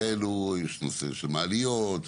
את זה במעליות,